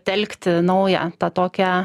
telkti naują tą tokią